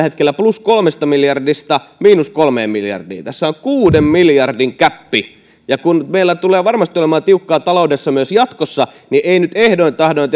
hetkellä plus kolmesta miljardista miinus kolmeen miljardiin niin tässä on kuuden miljardin gäppi kun meillä tulee varmasti olemaan tiukkaa taloudessa myös jatkossa niin ei nyt ehdoin tahdoin